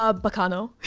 ah baccano!